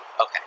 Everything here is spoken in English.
Okay